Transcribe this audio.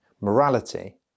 morality